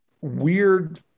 weird